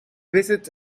visit